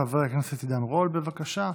חבר הכנסת עידן רול, בבקשה,